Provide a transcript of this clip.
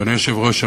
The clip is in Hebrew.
אדוני היושב-ראש,